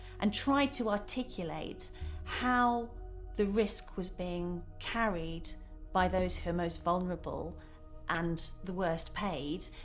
and tried to articulate how the risk was being carried by those who are most vulnerable and the worst paid.